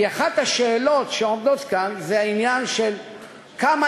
אחת השאלות שעומדות כאן היא העניין של כמה